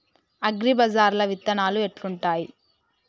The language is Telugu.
అగ్రిబజార్ల విత్తనాలు ఎట్లుంటయ్?